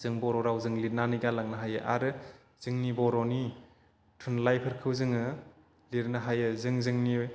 जों बर' रावजों लिरनानै गालांनो हायो आरो जोंनि बर'नि थुनलाइफोरखौ जोङो लिरनो हायो जों जोंनि